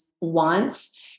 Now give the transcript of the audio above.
wants